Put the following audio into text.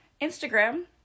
Instagram